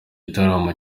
gitaramo